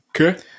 Okay